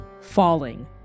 falling